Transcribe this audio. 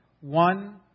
one